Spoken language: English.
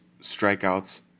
strikeouts